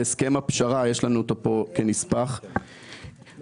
גם אם לא תהיה להם אשפה אתה תשלם את זה.